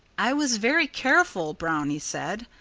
i was very careful, brownie said.